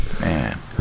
man